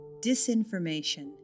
Disinformation